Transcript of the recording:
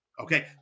okay